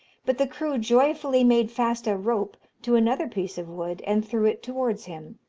but the crew joyfully made fast a rope to another piece of wood, and threw it towards him.